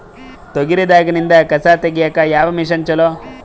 ತೊಗರಿ ದಾಗಿಂದ ಕಸಾ ತಗಿಯಕ ಯಾವ ಮಷಿನ್ ಚಲೋ?